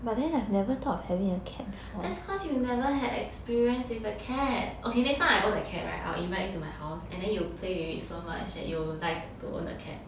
that's cause you never had experience with a cat okay next time I own a cat [right] I'll invite you to my house and then you play with it so much that you'll like to own a cat